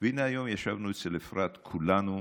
והינה, היום ישבנו כולנו אצל אפרת, עמותות,